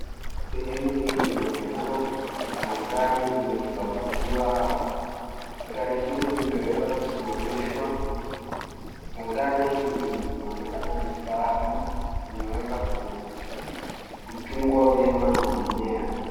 Sehemu hii inaonekana pana gari lililopakiwa hapa. Gari hili limeweza kusimamishwa na gari hili linaonekana ni safi, limeweza kuchungwa vyema na mwenyewe.